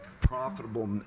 profitable